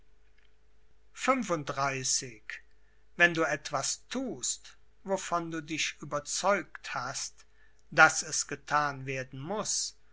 wenn du etwas thust wovon du dich überzeugt hast daß es gethan werden muß